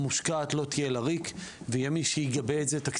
נטלי גבאי לוי פה?